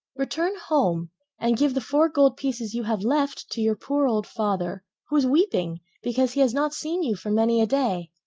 return home and give the four gold pieces you have left to your poor old father who is weeping because he has not seen you for many a day.